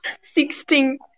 Sixteen